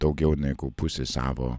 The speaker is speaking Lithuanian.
daugiau negu pusė savo